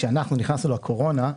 כשאנחנו נכנסנו לקורונה,